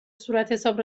صورتحساب